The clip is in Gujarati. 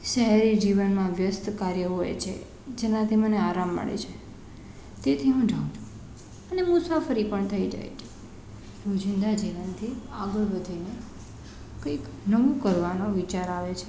શહેરી જીવનમાં વ્યસ્ત કાર્ય હોય છે જેનાંથી મને આરામ મળે છે તેથી હું જાઉં છું અને મુસાફરી પણ થઈ જાય છે રોજિંદા જીવનથી આગળ વધીને કંઇક નવું કરવાનો વિચાર આવે છે